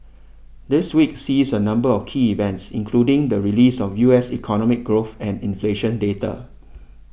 this week sees a number of key events including the release of U S economic growth and inflation data